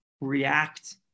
react